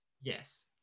Yes